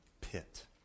pit